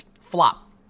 Flop